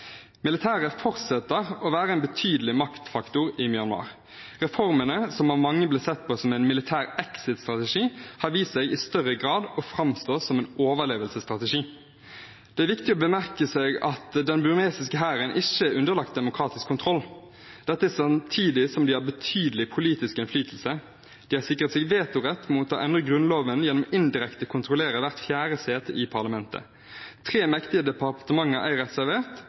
Militæret fortsetter å være en betydelig maktfaktor i Myanmar. Reformene, som av mange ble sett på som en militær exit-strategi, har vist seg i større grad å framstå som en overlevelsesstrategi. Det er viktig å merke seg at den burmesiske hæren ikke er underlagt demokratisk kontroll. Dette er samtidig som de har betydelig politisk innflytelse. De har sikret seg vetorett mot å endre grunnloven gjennom indirekte å kontrollere hvert fjerde sete i parlamentet. Tre mektige departementer er reservert,